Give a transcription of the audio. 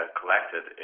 collected